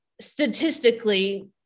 statistically